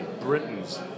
Britain's